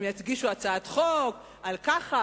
הם יגישו הצעת חוק על ככה,